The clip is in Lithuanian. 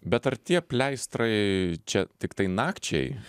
bet ar tie pleistrai čia tiktai nakčiai